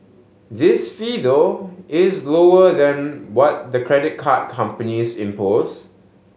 this fee though is lower than what the credit card companies impose